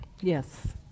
Yes